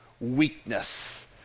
Weakness